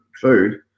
food